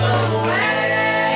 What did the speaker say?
away